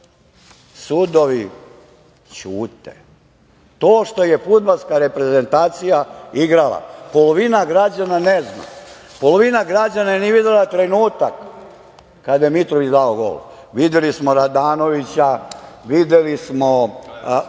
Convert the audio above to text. Sudovi ćute. To što je fudbalska reprezentacija igrala, polovina građana ne zna, polovina građana nije videla trenutak kada je Mitrović dao gol. Videli smo Radanovića, videli smo